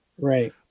right